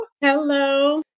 hello